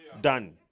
Done